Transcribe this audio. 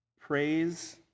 praise